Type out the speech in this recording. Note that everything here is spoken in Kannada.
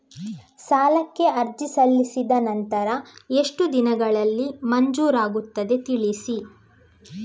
ಸಾಲಕ್ಕೆ ಅರ್ಜಿ ಸಲ್ಲಿಸಿದ ನಂತರ ಎಷ್ಟು ದಿನಗಳಲ್ಲಿ ಮಂಜೂರಾಗುತ್ತದೆ ತಿಳಿಸಿ?